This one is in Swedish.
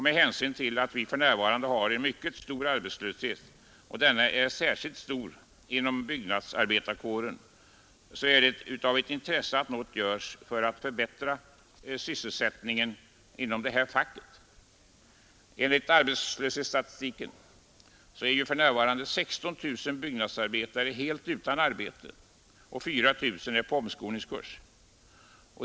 Med hänsyn till att vi för närvarande har en mycket stor arbetslöshet och denna är särskilt stor inom byggnadsarbetarkåren är det av intresse att något göres för att förbättra sysselsättningen inom detta fack. Enligt arbetslöshetsstatistiken är för närvarande 16 000 byggnadsarbetare helt utan arbete och 4 000 går på omskolningskurs.